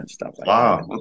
Wow